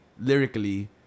lyrically